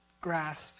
grasp